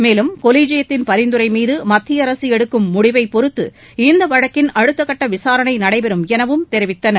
மேலும் கொலிஜியத்தின் பரிந்துரை மீது மத்திய அரசு எடுக்கும் முடிவை பொறுத்து இந்த வழக்கின் அடுத்தகட்ட விசாரணை நடைபெறும் எனவும் தெரிவித்துள்ளனர்